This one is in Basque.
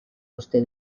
uste